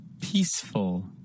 Peaceful